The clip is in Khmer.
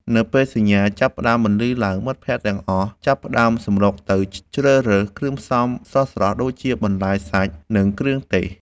នៅពេលសញ្ញាចាប់ផ្ដើមបន្លឺឡើង មិត្តភក្តិទាំងអស់ចាប់ផ្ដើមសម្រុកទៅជ្រើសរើសគ្រឿងផ្សំស្រស់ៗដូចជា បន្លែ សាច់ និងគ្រឿងទេស។